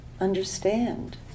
understand